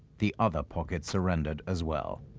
the other pocket surrendered as well.